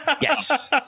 Yes